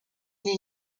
unì